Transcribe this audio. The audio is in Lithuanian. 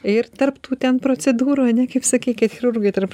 ir tarp tų ten procedūrųane kaip sakei kaip chirurgai tarp